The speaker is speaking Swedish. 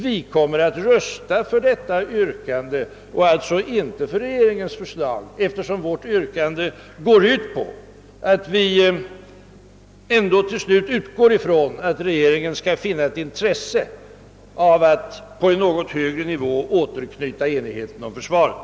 Vi kommer att rösta för detta yrkande, inte för regeringens förslag, eftersom vårt yrkande går ut på att vi ändå förutsätter att regeringen skall vara intresserad av att på en något högre nivå återknyta enigheten om försvaret.